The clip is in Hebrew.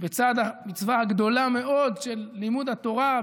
בצד המצווה הגדולה מאוד של לימוד התורה,